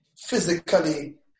physically